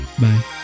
bye